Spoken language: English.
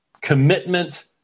commitment